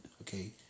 Okay